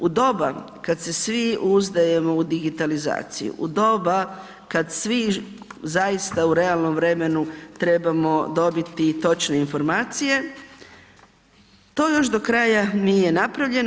U doba kada se svi uzdajemo u digitalizaciju, u doba kada svi zaista u realnom vremenu trebamo dobiti točne informacije, to još do kraja nije napravljeno.